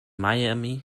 miami